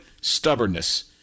Stubbornness